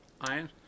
Iron